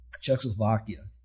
Czechoslovakia